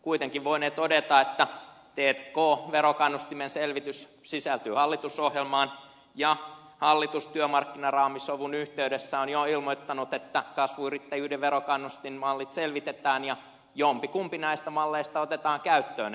kuitenkin voinee todeta että t k verokannustimen selvitys sisältyy hallitusohjelmaan ja hallitus työmarkkinaraamisovun yhteydessä on jo ilmoittanut että kasvuyrittäjyyden verokannustinmallit selvitetään ja jompikumpi näistä malleista otetaan käyttöön